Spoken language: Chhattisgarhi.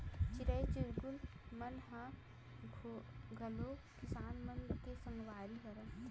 चिरई चिरगुन मन ह घलो किसान मन के संगवारी हरय